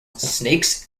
snakes